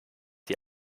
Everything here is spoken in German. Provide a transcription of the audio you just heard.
die